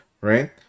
right